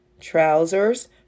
trousers